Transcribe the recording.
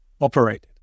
operated